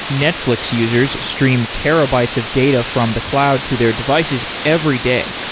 netflix users stream terabytes of data from the cloud to their devices every day.